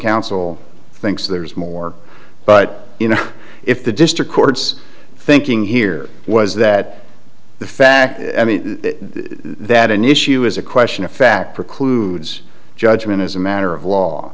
counsel thinks there's more but you know if the district court's thinking here was that the fact that an issue is a question of fact precludes judgment as a matter of law